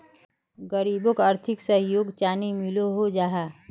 गरीबोक आर्थिक सहयोग चानी मिलोहो जाहा?